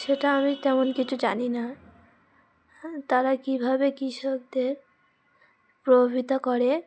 সেটা আমি তেমন কিছু জানি না তারা কীভাবে কৃষকদের প্রভাবিত করে